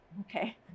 Okay